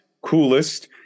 coolest